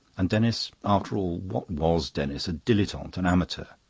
and denis? after all, what was denis? a dilettante, an amateur.